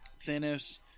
Thanos